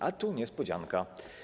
A tu niespodzianka.